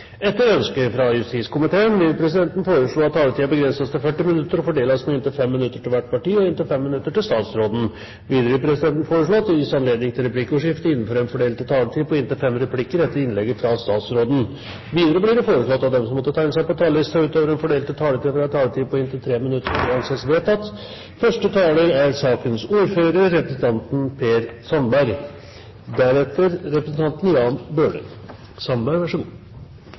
Etter ønske fra transport- og kommunikasjonskomiteen vil presidenten foreslå at taletiden begrenses til 40 minutter og fordeles med inntil 5 minutter til hvert parti og inntil 5 minutter til statsråden. Videre vil presidenten foreslå at det gis anledning til replikkordskifte på inntil fem replikker med svar etter innlegget fra statsråden innenfor den fordelte taletid. Videre blir det foreslått at de som måtte tegne seg på talerlisten utover den fordelte taletid, får en taletid på inntil 3 minutter. – Dette debattopplegget anses vedtatt. Første taler burde normalt vært sakens ordfører,